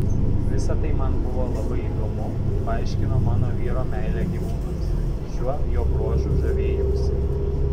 visa tai man buvo labai įdomu paaiškino mano vyro meilę gyvūnams šiuo jo bruožu žavėjausi